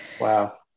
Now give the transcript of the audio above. Wow